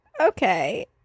Okay